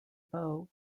bow